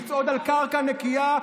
לצעוד על קרקע יציבה,